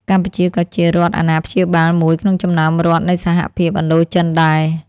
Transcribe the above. កម្ពុជាក៏ជារដ្ឋអាណាព្យាបាលមួយក្នុងចំណោមរដ្ឋនៃសហភាពឥណ្ឌូចិនដែរ។